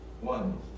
One